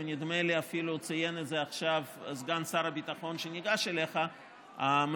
נדמה לי שעכשיו סגן שר הביטחון שניגש אליך אפילו ציין את זה,